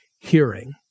hearing